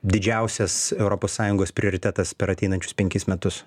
didžiausias europos sąjungos prioritetas per ateinančius penkis metus